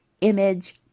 image